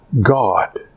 God